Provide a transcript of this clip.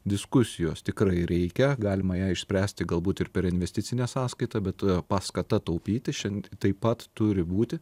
diskusijos tikrai reikia galima ją išspręsti galbūt ir per investicinę sąskaitą bet paskata taupyti šiandien taip pat turi būti